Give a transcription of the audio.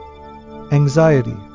anxiety